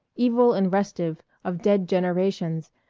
evil and restive, of dead generations,